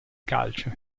calcio